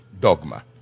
dogma